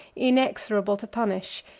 inexorable to punish,